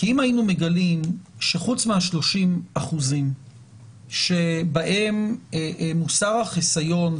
כי אם היינו מגלים שחוץ מ-30% שבהם מוסר החיסיון,